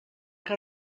que